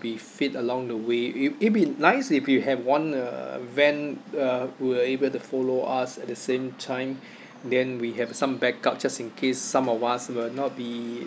be fit along the way it it'd be nice if you have one uh van uh will able to follow us at the same time then we have some backup just in case some of us will not be